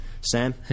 Sam